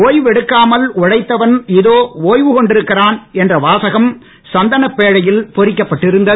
ஒய்வெடுக்காமல் உழைத்தவன் இதோ ஒய்வுகொண்டிருக்கிறான் என்ற வாசகம் சந்தனப் பேழையில் பொறிக்கப்பட்டுள்ளது